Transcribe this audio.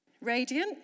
Radiant